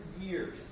years